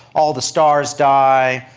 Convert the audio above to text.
all the stars die,